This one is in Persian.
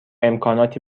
امکاناتی